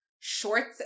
shorts